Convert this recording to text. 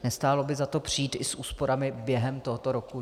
Nestálo by za to přijít i s úsporami během tohoto roku?